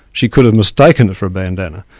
she could have mistaken it for a bandana.